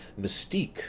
mystique